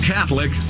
Catholic